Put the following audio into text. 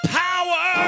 power